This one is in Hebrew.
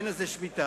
אין לזה שמיטה.